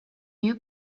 new